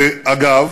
ואגב,